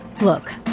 look